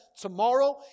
tomorrow